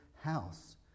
house